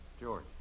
George